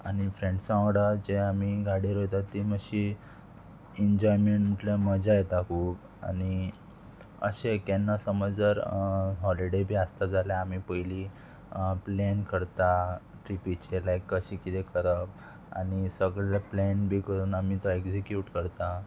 आनी फ्रेंड्सां वांगडा जे आमी गाडी रोयतात ती मातशी एन्जॉयमेंट म्हटल्या मजा येता खूब आनी अशें केन्ना समज जर हॉलिडे बी आसता जाल्यार आमी पयली प्लेन करता ट्रिपीचेर लायक कशें किदें करप आनी सगळें प्लॅन बी करून आमी तो एग्जिक्यूट करता